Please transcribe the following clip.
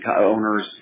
owners